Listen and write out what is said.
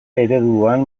ereduan